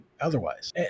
otherwise